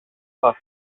στα